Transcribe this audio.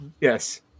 Yes